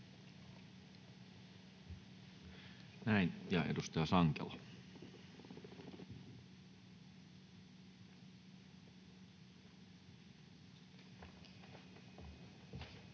— Edustaja Sankelo.